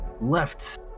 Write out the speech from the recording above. left